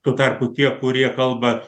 tuo tarpu tie kurie kalba